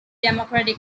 democratic